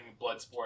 Bloodsport